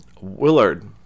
willard